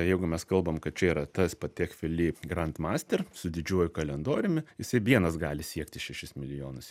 jeigu mes kalbam kad čia yra tas patek filip grand master su didžiuoju kalendoriumi jisai vienas gali siekti šešis milijonus